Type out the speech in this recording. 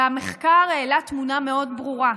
והמחקר העלה תמונה מאוד ברורה: